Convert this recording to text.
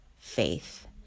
faith